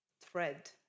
thread